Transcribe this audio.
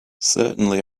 certainly